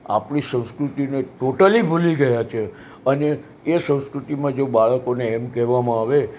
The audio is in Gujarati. આપણી સંસ્કૃતિને ટોટલી ભૂલી ગયાં છે અને એ સંસ્કૃતિમાં જો બાળકોને એમ કહેવામાં આવે